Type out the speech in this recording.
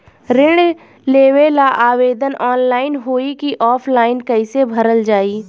ऋण लेवेला आवेदन ऑनलाइन होई की ऑफलाइन कइसे भरल जाई?